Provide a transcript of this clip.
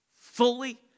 Fully